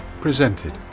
presented